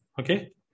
okay